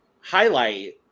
highlight